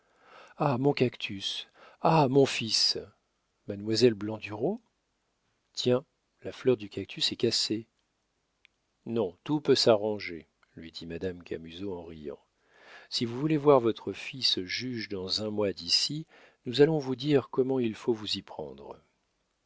ah mon cactus ah mon fils mademoiselle blandureau tiens la fleur du cactus est cassée non tout peut s'arranger lui dit madame camusot en riant si vous voulez voir votre fils juge dans un mois d'ici nous allons vous dire comment il faut vous y prendre